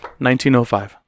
1905